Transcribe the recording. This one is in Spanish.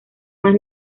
más